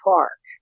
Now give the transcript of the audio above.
Park